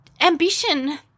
ambition